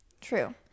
True